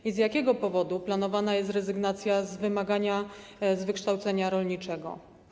I z jakiego powodu planowana jest rezygnacja z wymagania wykształcenia rolniczego?